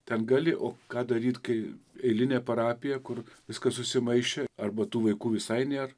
ten gali o ką daryt kai eilinė parapija kur viskas susimaišę arba tų vaikų visai nėr